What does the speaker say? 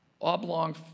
oblong